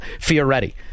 Fioretti